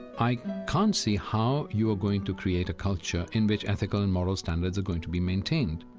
i can't see how you are going to create a culture in which ethical and moral standards are going to be maintained.